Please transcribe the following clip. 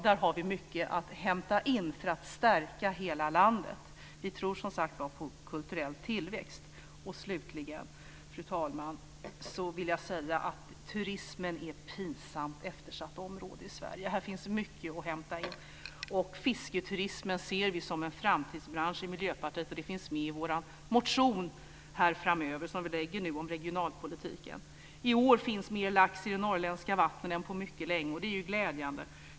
Där har vi mycket att hämta in för att stärka hela landet. Vi tror, som sagt var, på kulturell tillväxt. Slutligen, fru talman, vill jag säga att turismen är ett pinsamt eftersatt område i Sverige. Här finns det mycket att hämta in. Fisketurismen ser vi i Miljöpartiet som en framtidsbransch. Det finns med i vår motion som vi framöver lägger fram om regionalpolitiken. I år finns det mer lax i de norrländska vattnen än på mycket länge, och det är glädjande.